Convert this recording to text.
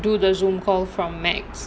do the Zoom call from McDonald's